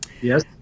yes